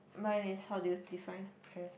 mine is how do you define success